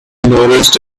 noticed